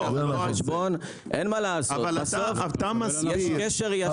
אין מה לעשות, יש קשר ישיר.